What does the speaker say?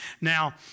Now